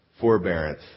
forbearance